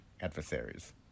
adversaries